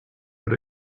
but